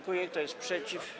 Kto jest przeciw?